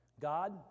God